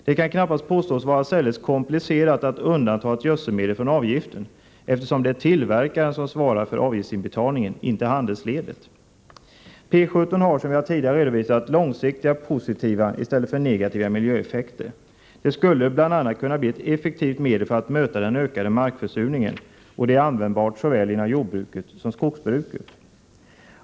Det kan knappast påstås vara särskilt komplicerat att undanta ett gödselmedel från avgiften, eftersom det är tillverkaren som svarar för avgiftsinbetalningen, inte handelsledet. P 17 har, som jag tidigare redovisat, långsiktigt positiva i stället för negativa miljöeffekter. Det skulle bl.a. kunna bli ett effektivt medel för att möta den ökande markförsurningen, och det är användbart inom såväl jordbruket som skogsbruket.